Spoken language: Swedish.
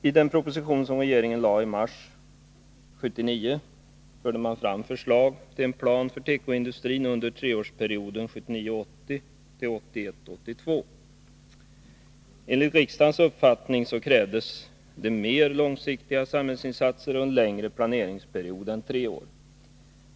I den proposition som regeringen lade fram i mars 1979 förde man fram förslag till åtgärder för tekoindustrin för treårsperioden 1979 82. Enligt riksdagens uppfattning krävdes det mer långsiktiga samhällsinsatser och en längre planeringsperiod än tre år.